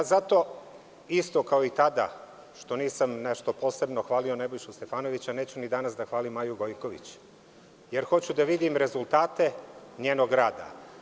Zato, isto kao i tada, što nisam nešto posebno hvalio Nebojšu Stefanovića, neću ni danas da hvalim Maju Gojković, jer hoću da vidim rezultate njenog rada.